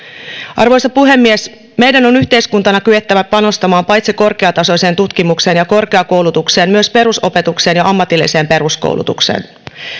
arvoisa puhemies meidän on yhteiskuntana kyettävä panostamaan paitsi korkeatasoiseen tutkimukseen ja korkeakoulutukseen myös perusopetukseen ja ammatilliseen peruskoulutukseen